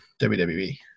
wwe